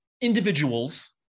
individuals